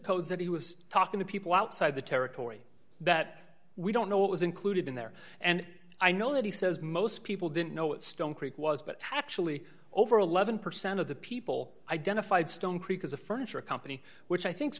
codes that he was talking to people outside the territory that we don't know what was included in there and i know that he says most people didn't know what stone creek was but actually over eleven percent of the people identified stone creek as a furniture company which i think